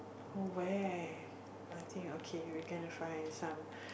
where I think okay we cannot find some